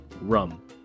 Rum